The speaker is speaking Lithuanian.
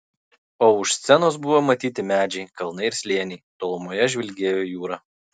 o už scenos buvo matyti medžiai kalnai ir slėniai tolumoje žvilgėjo jūra